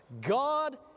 God